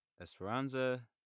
Esperanza